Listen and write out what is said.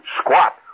squat